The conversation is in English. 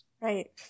Right